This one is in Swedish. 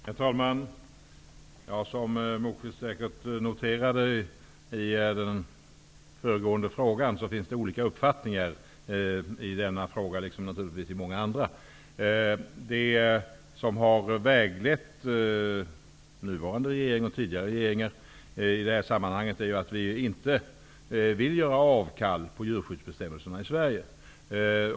Herr talman! Som Lars Moquist säkert noterade vid debatten om föregående fråga finns det givetvis i denna fråga liksom i många andra frågor olika uppfattningar. Det som har väglett nuvarande regering och tidigare regeringar i detta sammanhang är att vi inte vill göra avkall på djurskyddsbestämmelserna i Sverige.